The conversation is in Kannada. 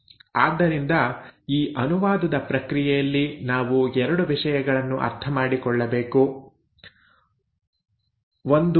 ಆದ್ದರಿಂದ ಈ ಅನುವಾದದ ಪ್ರಕ್ರಿಯೆಯಲ್ಲಿ ನಾವು 2 ವಿಷಯಗಳನ್ನು ಅರ್ಥಮಾಡಿಕೊಳ್ಳಬೇಕು 1